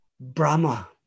Brahma